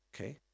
Okay